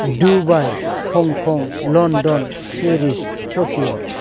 Dubai Hong Kong London Paris Tokyo